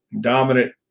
dominant